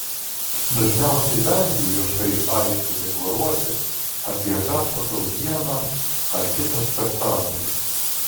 dažniausiai vengiu viešai aiškiai deklaruoti apie ką statau vieną ar kitą spektaklį